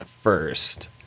first